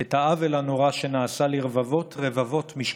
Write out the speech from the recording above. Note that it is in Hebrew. את העוול הנורא שנעשה לרבבות-רבבות משפחות,